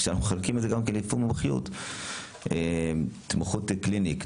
כשאנחנו מחלקים את זה גם לפי מומחיות: התמחות קלינית,